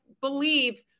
believe